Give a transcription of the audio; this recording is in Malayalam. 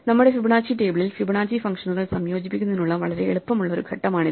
നമ്മുടെ ഫിബൊനാച്ചി ടേബിളിൽ ഫിബൊനാച്ചി ഫംഗ്ഷനുകൾ സംയോജിപ്പിക്കുന്നതിനുള്ള വളരെ എളുപ്പമുള്ള ഘട്ടമാണിത്